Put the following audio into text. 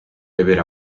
beber